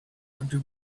under